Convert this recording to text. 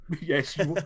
yes